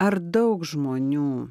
ar daug žmonių